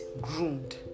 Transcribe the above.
groomed